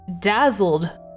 dazzled